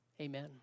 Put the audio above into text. Amen